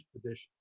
tradition